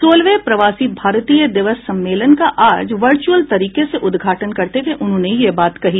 सोलहवें प्रवासी भारतीय दिवस सम्मेलन का आज वर्चुअल तरीके से उद्घाटन करते हुए उन्होंने यह बात कही